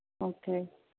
okay